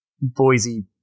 boise